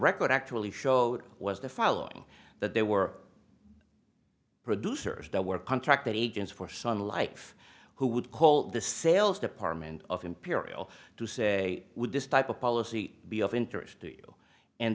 record actually showed was the following that there were producers that were contracted agents for sun life who would call the sales department of imperial to say would this type of policy be of interest